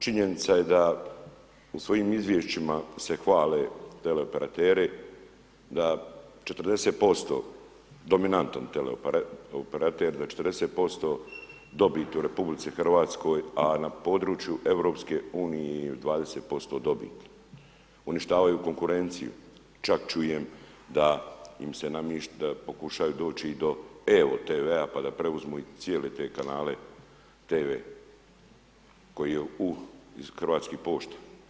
Činjenica je da u svojim izvješćima se hvale teleoperateri, da 40% dominanti teleoperatera da 40% dobit u RH a na području EU 20% dobiti, uništavaju konkurenciju, čak čujem da se namješta, pokušavaju doći do EVO TV pa da preuzmu cijele te kanale TV koji je u Hrvatskoj pošti.